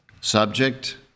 Subject